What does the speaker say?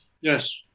Yes